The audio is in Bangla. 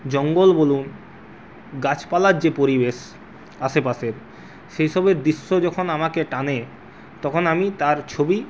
জঙ্গল বলুন গাছপালার যে পরিবেশ আশেপাশের সেই সবের দৃশ্য যখন আমাকে টানে তখন আমি তার ছবি